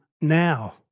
now